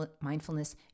mindfulness